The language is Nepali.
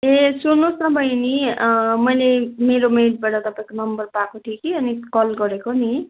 ए सुन्नुहोस् न बहिनी मैले मेरो मेडबाट तपाईँको नम्बर पाएको थिएँ कि अनि कल गरेको नि